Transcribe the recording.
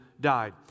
died